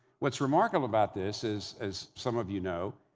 what's remarkable about this is, as some of you know,